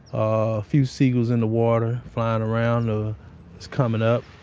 a few seagulls in the water, flying around, ah it's coming up.